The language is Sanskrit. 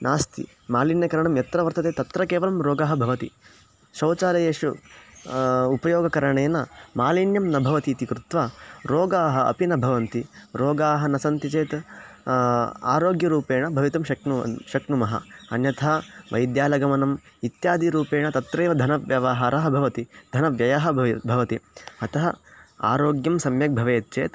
नास्ति मालिन्यकरणं यत्र वर्तते तत्र केवलं रोगः भवति शौचालयेषु उपयोगकरणेन मालिन्यं न भवति इति कृत्वा रोगाः अपि न भवन्ति रोगाः न सन्ति चेत् आरोग्यरूपेण भवितुं शक्नुवन् शक्नुमः अन्यथा वैद्यालगमनम् इत्यादिरूपेण तत्रैव धनव्यवहारः भवति धनव्ययः भवे भवति अतः आरोग्यं सम्यक् भवेत् चेत्